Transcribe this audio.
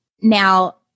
Now